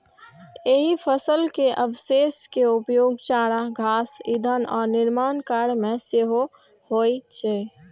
एहि फसल के अवशेष के उपयोग चारा, घास, ईंधन आ निर्माण कार्य मे सेहो होइ छै